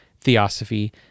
theosophy